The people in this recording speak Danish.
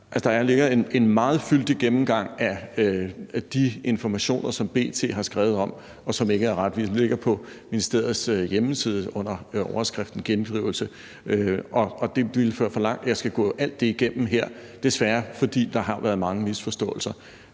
Der ligger en meget fyldig gennemgang af de informationer, som B.T. har skrevet om, og som ikke er retvisende. De ligger på ministeriets hjemmeside under overskriften »Gendrivelse«. Det ville føre for vidt, hvis jeg skulle gå alt det igennem her, desværre, for der har været mange misforståelser.